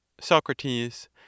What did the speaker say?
Socrates